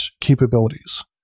capabilities